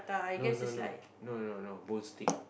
no no no no no no won't stick